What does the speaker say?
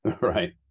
right